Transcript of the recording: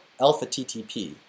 alpha-TTP